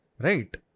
right